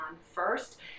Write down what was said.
first